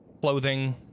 clothing